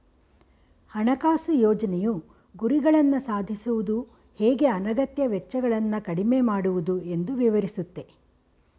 ಹಣಕಾಸು ಯೋಜ್ನೆಯು ಗುರಿಗಳನ್ನ ಸಾಧಿಸುವುದು ಹೇಗೆ ಅನಗತ್ಯ ವೆಚ್ಚಗಳನ್ನ ಕಡಿಮೆ ಮಾಡುವುದು ಎಂದು ವಿವರಿಸುತ್ತೆ